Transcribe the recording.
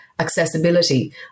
accessibility